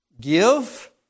Give